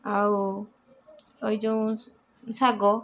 ଆଉ ଏଇ ଯେଉଁ ଶାଗ